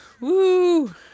Woo